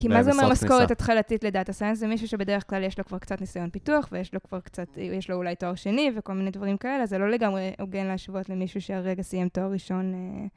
כי מה זה אומר משכורת התחלתית לדאטה סיינס, זה מישהו שבדרך כלל יש לו כבר קצת ניסיון פיתוח, ויש לו אולי תואר שני, וכל מיני דברים כאלה, זה לא לגמרי הוגן להשוות למישהו שהרגע סיים תואר ראשון...